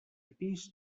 pis